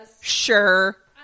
sure